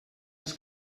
els